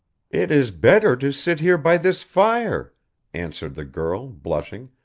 it is better to sit here by this fire answered the girl, blushing,